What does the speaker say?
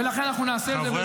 --- ולכן נעשה את זה, בעזרת השם.